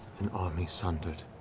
an army sundered.